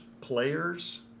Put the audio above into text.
players